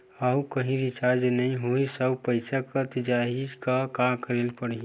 आऊ कहीं रिचार्ज नई होइस आऊ पईसा कत जहीं का करेला पढाही?